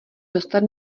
dostat